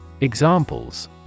Examples